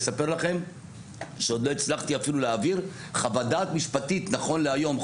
יספר לכם שעוד לא הצלחתי אפילו להעביר חוות דעת משפטית נכון להיום,